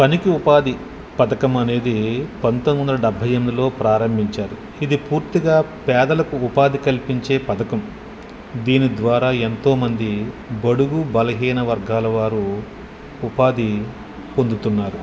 పనికి ఉపాధి పథకం అనేది పంతొమ్మిది వందల డెబ్భై ఎనిమిదిలో ప్రారంభించారు ఇది పూర్తిగా పేదలకు ఉపాధి కల్పించే పథకం దీని ద్వారా ఎంతోమంది బడుగు బలహీన వర్గాల వారు ఉపాధి పొందుతున్నారు